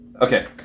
Okay